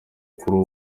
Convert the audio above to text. kuri